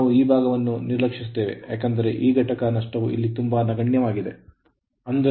ನಾವು ಈ ಭಾಗವನ್ನು ನಿರ್ಲಕ್ಷಿಸುತ್ತೇವೆ ಏಕೆಂದರೆ ಈ ಘಟಕ ನಷ್ಟವು ಇಲ್ಲಿ ತುಂಬಾ ನಗಣ್ಯವಾಗಿರುತ್ತದೆ